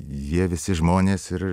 jie visi žmonės ir